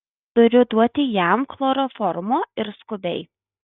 turiu duoti jam chloroformo ir skubiai